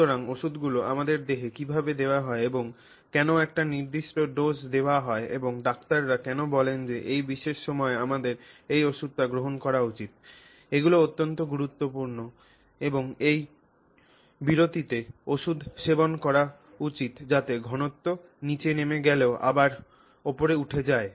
সুতরাং ওষুধগুলি আমাদের দেহে কিভাবে দেওয়া হয় এবং কেন একটি নির্দিষ্ট ডোজ দেওয়া হয় এবং ডাক্তাররা কেন বলেন যে এই বিশেষ সময়ে আমাদের এই ওষুধটি গ্রহণ করা উচিত এগুলো অত্যন্ত গুরুত্বপূর্ণ এবং এই বিরতিতে ওষুধ সেবন করা উচিত যাতে ঘনত্ব নীচে নেমে গেলেও আবার উপরে উঠে যায়